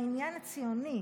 מהעניין הציוני.